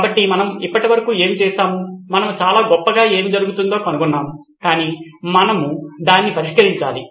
కాబట్టి మనము ఇప్పటివరకు ఏమి చేసాము మనము చాలా గొప్పగా ఏమి జరుగుతుందో కనుగొన్నాము కాని మనము దాన్ని పరిష్కరించాలి